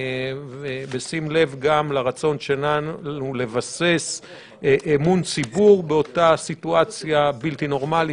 בשים לב גם לרצון שלנו לבסס אמון ציבור באותה סיטואציה בלתי נורמלית,